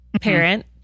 parent